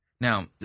Now